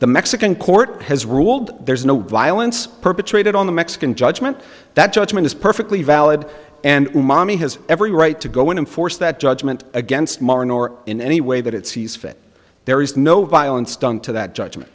the mexican court has ruled there's no while it's perpetrated on the mexican judgement that judgment is perfectly valid and mommy has every right to go in and force that judgment against modern or in any way that it sees fit there is no violence done to that judgement